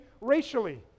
racially